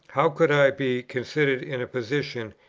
how could i be considered in a position,